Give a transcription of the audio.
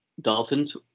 Dolphins